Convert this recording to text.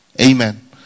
Amen